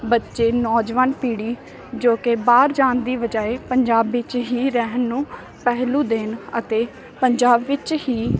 ਬੱਚੇ ਨੌਜਵਾਨ ਪੀੜ੍ਹੀ ਜੋ ਕਿ ਬਾਹਰ ਜਾਣ ਦੀ ਬਜਾਇ ਪੰਜਾਬ ਵਿੱਚ ਹੀ ਰਹਿਣ ਨੂੰ ਪਹਿਲੂ ਦੇਣ ਅਤੇ ਪੰਜਾਬ ਵਿੱਚ ਹੀ